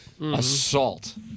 assault